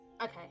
Okay